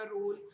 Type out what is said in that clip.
role